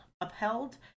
upheld